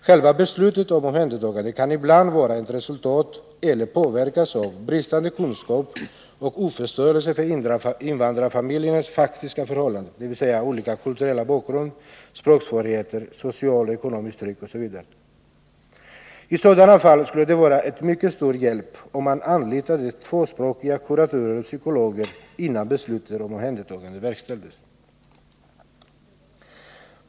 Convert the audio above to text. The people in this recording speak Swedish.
Själva beslutet om omhändertagande kan ibland vara resultatet av bristande kunskaper om och oförståelse för invandrarfamiljernas faktiska förhållanden, dvs. deras olika kulturella bakgrund, språksvårigheter, socialt och ekonomiskt tryck osv. Om tvåspråkiga kuratorer och psykologer anlitades innan beslut om omhändertagande verkställdes skulle det vara till mycket stor hjälp.